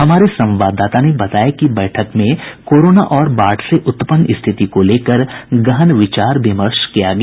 हमारे संवाददाता ने बताया कि बैठक में कोरोना और बाढ़ से उत्पन्न स्थिति को लेकर गहन विचार विमर्श किया गया